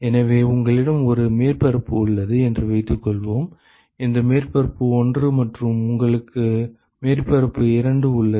எனவே உங்களிடம் ஒரு மேற்பரப்பு உள்ளது என்று வைத்துக்கொள்வோம் இந்த மேற்பரப்பு 1 மற்றும் உங்களுக்கு மேற்பரப்பு 2 உள்ளது